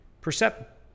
percept